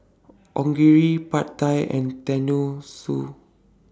Onigiri Pad Thai and Tenmusu